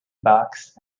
box